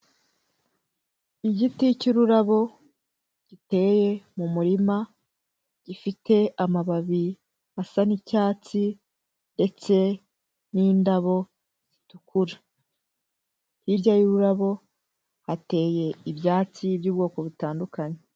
Igiti cy'ururabo giteye mu murima gifite amababi asa n'icyatsi ndetse n'indabo zitukura. Hirya y'ururabo hateye ibyatsi by'ubwoko butandukanye.